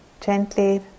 gently